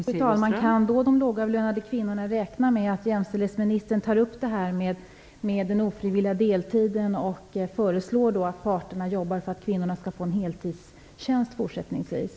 Fru talman! Kan då de lågavlönade kvinnorna räkna med att jämställdhetsministern tar upp frågan om den ofrivilliga deltiden och föreslår att parterna jobbar för att kvinnorna fortsättningsvis skall få heltidstjänster?